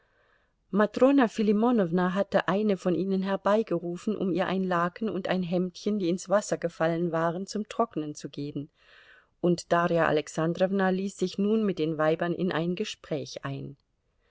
matrona filimonowna hatte eine von ihnen herbeigerufen um ihr ein laken und ein hemdchen die ins wasser gefallen waren zum trocknen zu geben und darja alexandrowna ließ sich nun mit den weibern in ein gespräch ein